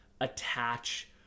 attach